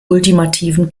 ultimativen